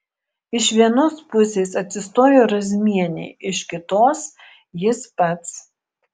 iš vienos pusės atsistojo razmienė iš kitos jis pats